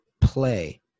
play